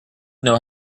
know